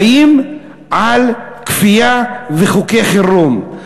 חיים על כפייה וחוקי חירום.